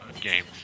game